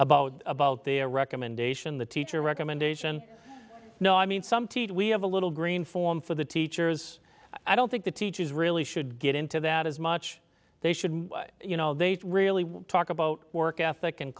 about about their recommendation the teacher recommendation no i mean some teach we have a little green form for the teachers i don't think the teachers really should get into that as much they should you know they really want to talk about work ethic and